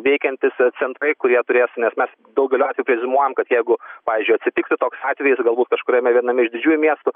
veikiantys centrai kurie turės nes mes daugeliu preziumuojam kad jeigu pavyzdžiui atsitiktų toks atvejis galbūt kažkuriame viename iš didžiųjų miestų